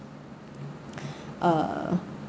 uh